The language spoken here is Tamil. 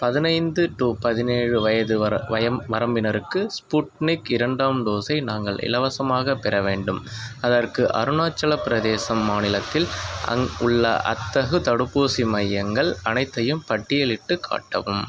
பதினைந்து டு பதினேழு வயது வரம்பினருக்கு ஸ்புட்னிக் இரண்டாம் டோஸை நாங்கள் இலவசமாகப் பெற வேண்டும் அதற்கு அருணாச்சல பிரதேசம் மாநிலத்தில் அங்கு உள்ள அத்தகு தடுப்பூசி மையங்கள் அனைத்தையும் பட்டியலிட்டுக் காட்டவும்